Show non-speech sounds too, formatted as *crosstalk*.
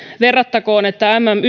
verrattakoon että mm *unintelligible*